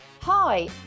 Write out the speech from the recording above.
hi